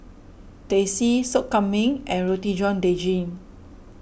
Teh C Sop Kambing and Roti John Daging